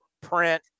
print